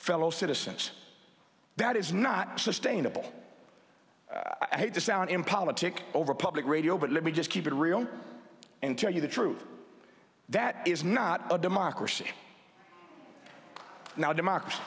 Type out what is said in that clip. fellow citizens that is not sustainable i hate to sound in politic over public radio but let me just keep it real and tell you the truth that is not a democracy now democracy